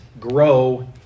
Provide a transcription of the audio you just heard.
grow